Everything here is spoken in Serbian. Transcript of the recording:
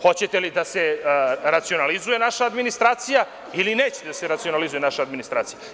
Hoćete li da se racionalizuje naša administracija ili nećete da se racionalizuje naša administracija?